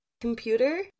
Computer